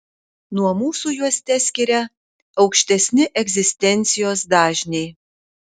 nuo mūsų juos teskiria aukštesni egzistencijos dažniai